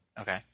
Okay